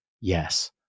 Yes